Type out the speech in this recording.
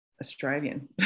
Australian